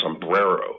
sombrero